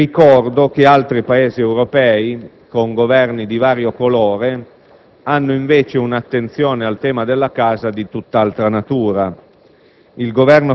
più deboli. Altri Paesi europei, con Governi di vario colore, hanno dimostrato un'attenzione al tema della casa di tutt'altra natura.